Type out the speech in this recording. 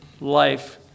life